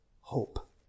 hope